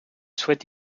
souhaite